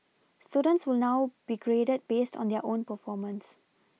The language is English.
students will now be graded based on their own performance